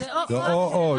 זה או-או.